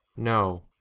No